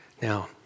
Now